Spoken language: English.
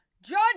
Judge